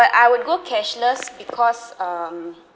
but I would go cashless because um